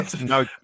no